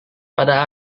pada